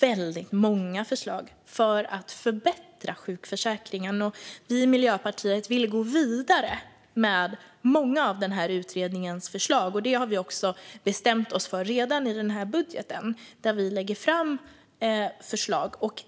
fanns många förslag för att förbättra sjukförsäkringen, och vi i Miljöpartiet vill gå vidare med många av dessa förslag. Det har vi bestämt oss för redan i vår budget, där vi lägger fram förslag.